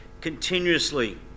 continuously